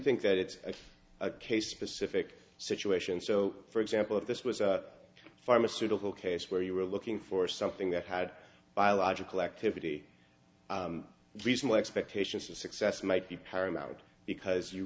think that it's a case specific situation so for example if this was a pharmaceutical case where you were looking for something that had biological activity reasonable expectations of success might be paramount because you